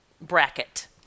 bracket